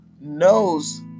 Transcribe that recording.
knows